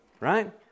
right